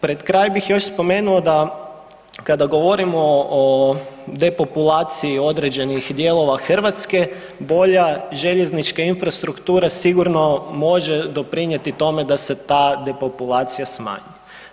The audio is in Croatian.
Pred kraj bih još spomenuo da kada govorimo o depopulaciji određenih dijelova Hrvatske bolja željeznička infrastruktura sigurno može doprinijeti tome da se ta depopulacija smanji.